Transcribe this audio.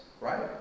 right